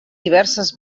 diverses